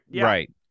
Right